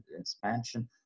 expansion